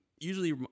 Usually